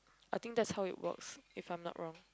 I think that how it's works if I'm not wrong